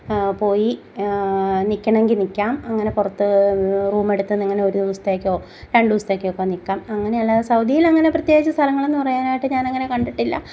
പോയി നിൽക്കണമെങ്കിൽ നിൽക്കാം അങ്ങനെ പുറത്ത് റൂമെടുത്ത് അങ്ങനെ ഒരു ദിവസത്തേക്കോ രണ്ടു ദിവസത്തേക്ക് ഒക്കെ നിൽക്കാം അങ്ങനെ അല്ലാതെ സൗദിയിൽ അങ്ങനെ പ്രത്യേകിച്ച് സ്ഥലങ്ങളെന്ന് പറയാനാട്ട് ഞാൻ അങ്ങനെ കണ്ടിട്ടില്ല